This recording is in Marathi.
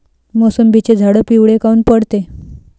मोसंबीचे झाडं पिवळे काऊन पडते?